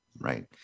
right